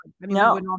no